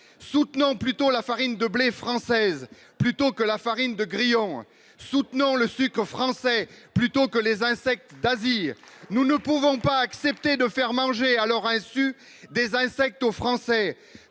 soutenant plutôt la farine de blé française plutôt que la farine de grillons soutenant le suc aux Français plutôt que les insectes d'Asir. Nous ne pouvons pas accepter de faire manger à leur insu des insectes aux Français